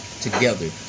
together